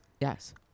yes